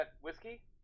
whiskey